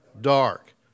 dark